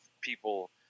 people